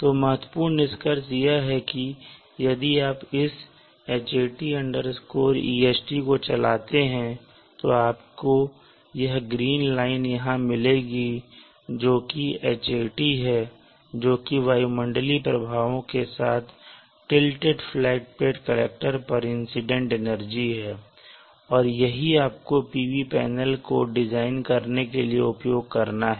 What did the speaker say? तो महत्वपूर्ण निष्कर्ष यह है कि यदि आप इस Hat est को चलाते हैं तो आपको यह ग्रीन लाइन यहां मिलेगी जो कि Hat है जो कि वायुमंडलीय प्रभावों के साथ टिल्टेड फ्लैट प्लेट कलेक्टर पर इंसीडेंट एनर्जी है और यही आपको PV पैनल को डिज़ाइन करने के लिए उपयोग करना है